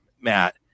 Matt